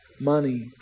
money